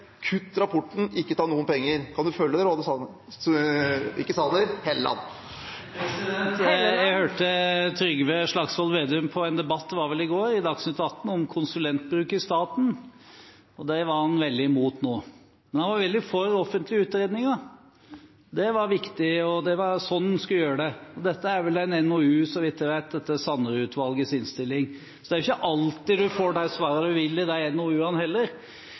Kutt rapporten – ikke ta noen penger. Kan man følge det rådet, Helleland? Jeg hørte Trygve Slagsvold Vedum i en debatt – det var vel i går på Dagsnytt 18 – om konsulentbruk i staten. Det var han veldig imot nå. Men han var veldig for offentlige utredninger. Det var viktig, og det var sånn man skulle gjøre det. Dette er en NOU, så vidt jeg vet, etter Sanderud-utvalgets innstilling. Det er ikke alltid man får de